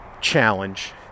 challenge